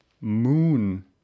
moon